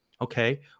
Okay